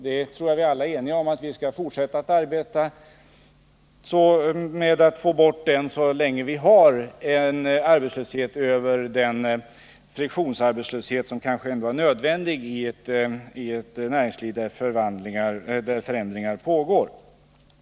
Jag tror att vi alla är eniga om att vi skall fortsätta arbeta med att få bort den, så länge vi har en arbetslöshet utöver den ”friktionsarbetslöshet” som kanske ändå är nödvändig i ett näringsliv där förändringar pågår.